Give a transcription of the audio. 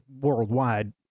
worldwide